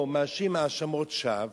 או מאשים האשמות שווא,